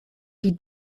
die